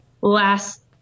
last